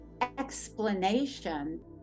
explanation